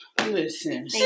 Listen